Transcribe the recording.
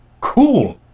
Cool